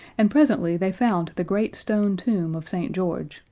and presently they found the great stone tomb of st. george,